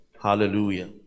Hallelujah